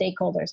stakeholders